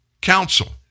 Council